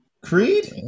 Creed